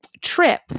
trip